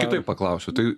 kitaip paklausiu tai